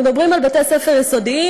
אנחנו מדברים על בתי-ספר יסודיים,